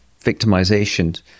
victimization